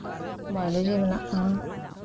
biology ᱢᱮᱱᱟᱜᱼᱟ